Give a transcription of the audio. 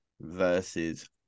versus